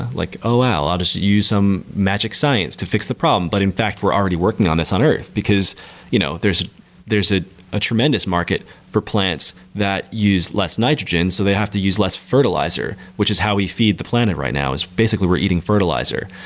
like, oh well, i'll just use some magic science to fix the problem, but in fact we're already working on this on earth, because you know there's a ah ah tremendous market for plants that use less nitrogen so they have to use less fertilizer, which is how we feed the planet right now, is basically we're eating fertilizer.